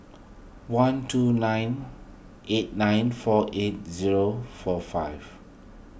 one two nine eight nine four eight zero four five